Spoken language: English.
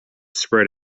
spread